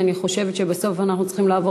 אני חושבת שבסוף אנחנו צריכים לעבור